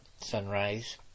sunrise